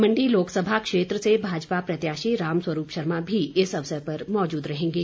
मंडी लोकसभा क्षेत्र से भाजपा प्रत्याशी रामस्वरूप शर्मा भी इस अवसर पर मौजूद रहेंगे